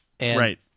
Right